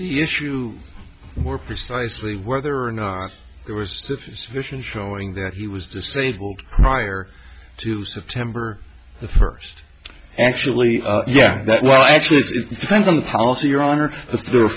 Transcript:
the issue more precisely whether or not there was sufficient showing that he was disabled prior to september the first actually yeah that well actually it depends on the policy your honor their